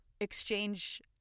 exchange